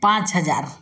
पाँच हजार